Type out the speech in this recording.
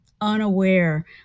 unaware